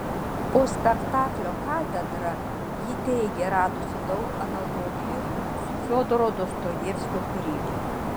po spektaklio katedra ji teigė radusi daug analogijų su fiodoro dostojevskio kūryba